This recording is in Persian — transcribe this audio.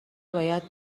باید